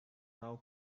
now